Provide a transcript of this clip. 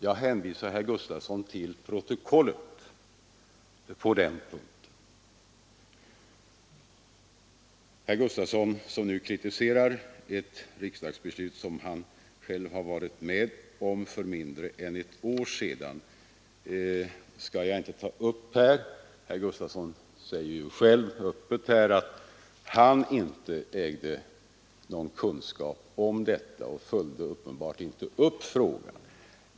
Jag hänvisar herr Gustavsson till protokollet på den punkten. Att herr Gustavsson nu kritiserar ett enhälligt riksdagsbeslut som han själv varit med om att fatta för mindre än ett år sedan skall jag inte ta upp här — herr Gustavsson säger ju själv öppet att han inte ägde någon kännedom om detta, och han följde uppenbarligen inte upp frågan.